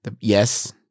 yes